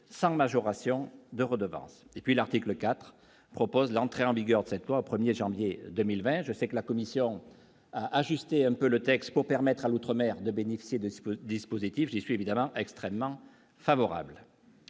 sans majoration de redevance et puis l'article IV propose l'entrée en vigueur de cette loi au 1er janvier 2020, je sais que la commission ajuster un peu le texte pour permettre à l'Outre-mer, de bénéficier de ce que le dispositif qui suit évidemment extrêmement favorable